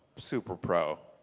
super-pro,